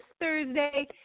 Thursday